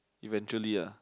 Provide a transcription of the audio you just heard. eventually ah